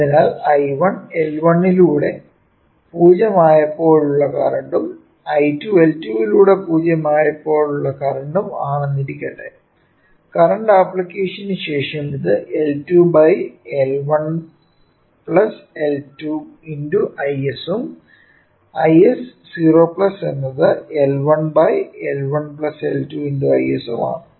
അതിനാൽ I1 L1 ലൂടെ 0 ആയപ്പോളുള്ള കറന്റും I2 L2 ലൂടെ 0 ആയപ്പോളുള്ള കറന്റും ആണെന്നിരിക്കട്ടെ കറന്റ് ആപ്ലിക്കേഷനു ശേഷം ഇത് L2 L1 L2 × Is ഉം I20 എന്നത് L1 L1 L2 × Is ഉം ആണ്